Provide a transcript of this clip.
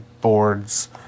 boards